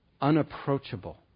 unapproachable